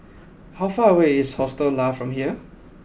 how far away is Hostel Lah from here